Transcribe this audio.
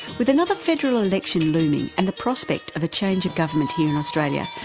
with another federal election looming and the prospect of a change of government here in australia,